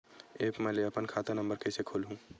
App म ले अपन खाता नम्बर कइसे खोलहु?